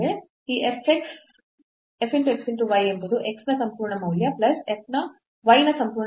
ಈ fx y ಎಂಬುದು x ನ ಸಂಪೂರ್ಣ ಮೌಲ್ಯ ಪ್ಲಸ್ y ನ ಸಂಪೂರ್ಣ ಮೌಲ್ಯದಿಂದ ಭಾಗಿಸಲ್ಪಟ್ಟ x square plus y square